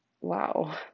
wow